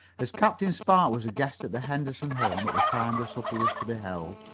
as captain spark was a guest at the henderson home at the time the supper was to be held,